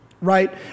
right